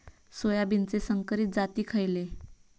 सोयाबीनचे संकरित जाती खयले?